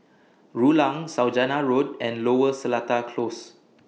Rulang Saujana Road and Lower Seletar Close